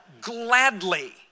Gladly